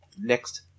Next